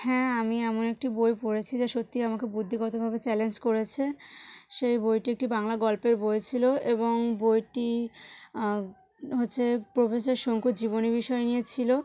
হ্যাঁ আমি এমন একটি বই পড়েছি যা সত্যিই আমাকে বুদ্ধিগতভাবে চ্যালেঞ্জ করেছে সেই বইটি একটি বাংলা গল্পের বই ছিল এবং বইটি হচ্ছে প্রফেসর শঙ্কুর জীবনী বিষয় নিয়ে ছিল